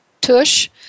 tush